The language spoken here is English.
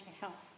help